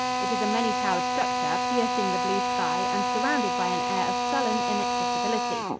it is a many-towered structure, piercing the blue sky and surrounded by an air of sullen inaccessibility,